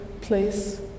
place